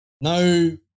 No